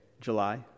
July